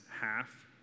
half